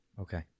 Okay